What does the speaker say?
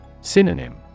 Synonym